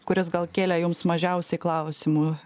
kurias gal kėlė jums mažiausiai klausimų